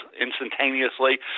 instantaneously